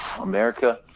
America